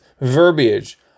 verbiage